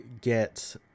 get